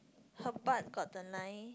her part got the nine